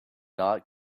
not